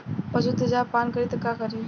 पशु तेजाब पान करी त का करी?